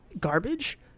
garbage